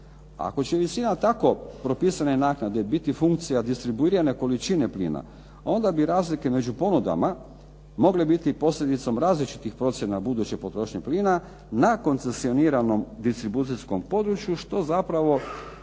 Ako će visina tako propisane naknade biti funkcija distribuiranja količine plina onda bi razlike među ponudama mogle biti posljedicom različitih procjena buduće potrošnje plina na koncesioniranom distribucijskom području, što zapravo